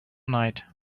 night